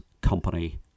company